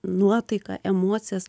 nuotaiką emocijas